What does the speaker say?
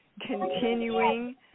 continuing